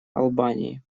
албании